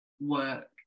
work